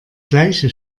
gleiche